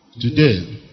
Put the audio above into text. today